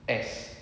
S